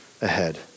ahead